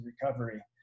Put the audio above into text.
recovery